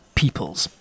peoples